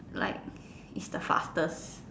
like its the fastest